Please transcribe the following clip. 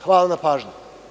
Hvala na pažnji.